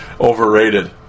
overrated